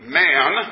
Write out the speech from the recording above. man